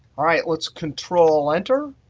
right, let's control-enter,